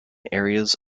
areas